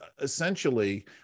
essentially